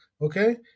okay